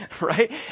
right